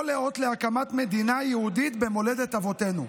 לאות להקמת מדינה יהודית במולדת אבותינו.